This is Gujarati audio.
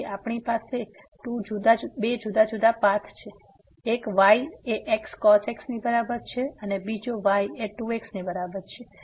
તેથી આપણી પાસે 2 જુદા જુદા પાથ છે એક y એ xcos x ની બરાબર છે બીજો એક છે y એ 2 x ની બરાબર છે